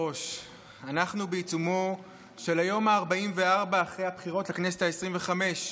אנחנו בעיצומו של היום ה-44 אחרי הבחירות לכנסת העשרים-וחמש,